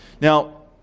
Now